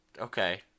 Okay